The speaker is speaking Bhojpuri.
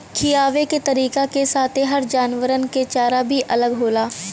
खिआवे के तरीका के साथे हर जानवरन के चारा भी अलग होला